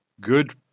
good